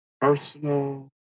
personal